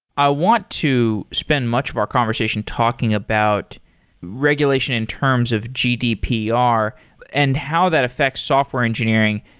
i want to spend much of our conversation talking about regulation in terms of gdpr and how that affects software engineering.